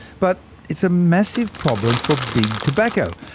but it's a massive problem for big tobacco.